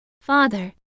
Father